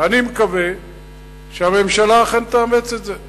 ואני מקווה שהממשלה אכן תאמץ את זה.